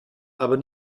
aber